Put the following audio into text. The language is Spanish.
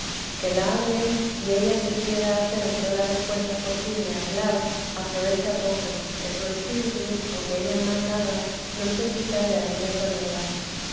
que la hablen y ella se quiera hacer toda la fuerza posible a hablar aprovecha poco que su espíritu aunque ella más haga no se quita de aquella soledad